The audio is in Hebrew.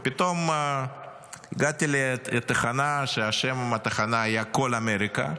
ופתאום הגעתי לתחנה ששמה היה "קול אמריקה",